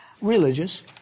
Religious